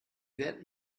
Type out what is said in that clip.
wert